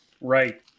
Right